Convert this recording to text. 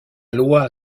loi